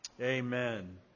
Amen